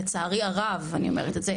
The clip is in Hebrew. לצערי הרב אני אומרת את זה,